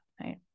right